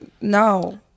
no